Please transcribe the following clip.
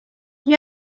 gli